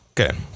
Okay